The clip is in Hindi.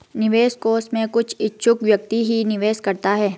निवेश कोष में कुछ इच्छुक व्यक्ति ही निवेश करता है